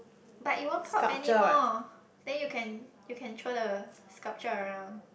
but it won't pop anymore then you can you can throw the sculpture around